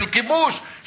של כיבוש,